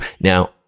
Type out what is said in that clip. Now